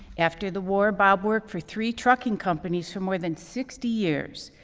after the war, bob worked for three trucking companies for more than sixty years.